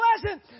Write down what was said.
pleasant